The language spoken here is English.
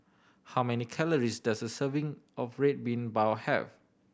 how many calories does a serving of Red Bean Bao have